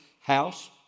house